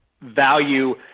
value